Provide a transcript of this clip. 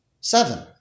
Seven